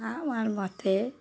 আমার মতে